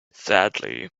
sadly